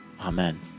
Amen